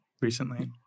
Recently